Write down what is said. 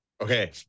Okay